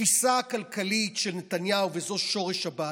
התפיסה הכלכלית של נתניהו היא שורש הבעיה.